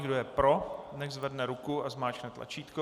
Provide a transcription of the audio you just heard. Kdo je pro, nechť zvedne ruku a zmáčkne tlačítko.